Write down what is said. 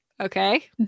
Okay